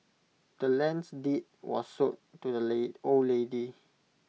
the land's deed was sold to the old lady